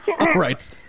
right